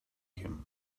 him